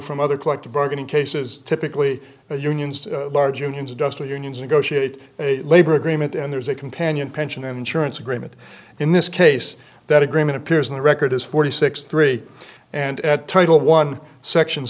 from other collective bargaining cases typically unions large unions duster unions and go shit labor agreement and there's a companion pension insurance agreement in this case that agreement appears in the record as forty six three and at title one section